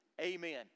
amen